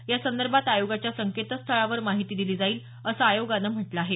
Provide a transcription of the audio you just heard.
यासंदर्भात आयोगाच्या संकेतस्थळावर माहिती दिली जाईल असं आयोगानं म्हटलं आहे